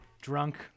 drunk